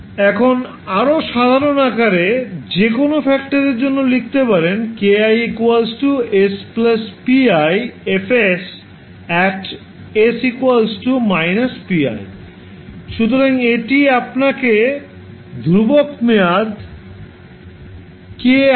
সুতরাং এখন আরও সাধারণ আকারে যে কোনও ফ্যাক্টরের জন্য লিখতে পারেন 𝑘𝑖 𝑠 𝑝𝑖 𝐹 𝑠 সুতরাং এটি আপনাকে ধ্রুবক মেয়াদ 𝑘𝑖 এর